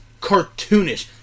cartoonish